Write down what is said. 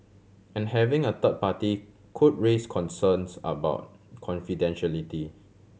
and having a third party could raise concerns about confidentiality